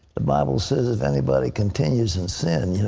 the bible says if anybody continues in sin, yeah